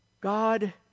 God